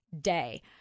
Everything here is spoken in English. day